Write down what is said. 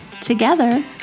together